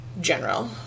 general